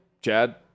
Chad